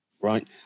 right